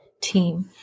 team